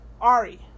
Ari